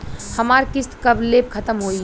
हमार किस्त कब ले खतम होई?